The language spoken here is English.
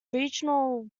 regional